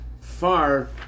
far